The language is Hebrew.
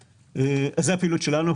זו הפעילות שלנו,